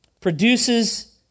produces